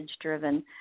driven